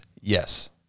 Yes